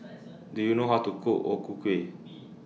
Do YOU know How to Cook O Ku Kueh